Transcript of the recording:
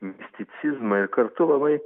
misticizmą ir kartu labai